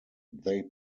they